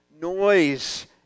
noise